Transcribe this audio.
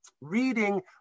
reading